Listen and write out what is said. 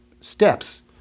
steps